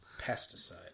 Pesticide